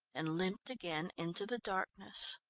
and limped again into the darkness.